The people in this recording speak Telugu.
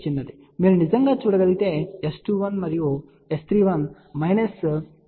మీరు నిజంగా చూడగలిగే S21 మరియు S31 3